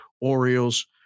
Orioles